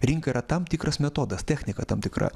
rinka yra tam tikras metodas technika tam tikra